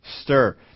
stir